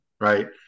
right